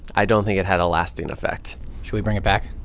i don't think it had a lasting effect should we bring it back?